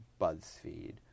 BuzzFeed